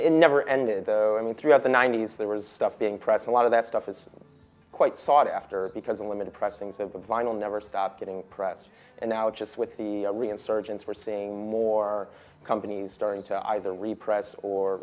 in never ended though i mean throughout the ninety's there was stuff being present a lot of that stuff was quite sought after because in limited pressings of the vinyl never stopped getting pressed and now just with the real insurgents we're seeing more companies starting to either repress or